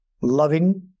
loving